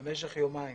במשך יומיים.